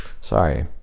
Sorry